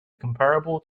comparable